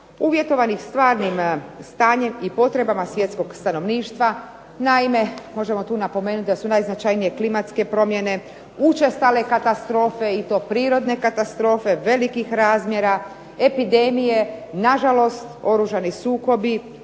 uvjetovanih stvarnim stanjem i potrebama svjetskog stanovništva. Naime, možemo tu napomenuti da su najznačajnije klimatske promjene, učestale katastrofe i to prirodne katastrofe velikih razmjera, epidemije, na žalost oružani sukobi,